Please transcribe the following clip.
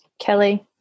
Kelly